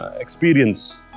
experience